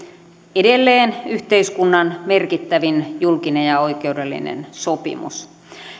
edelleen yhteiskunnan merkittävin julkinen ja oikeudellinen sopimus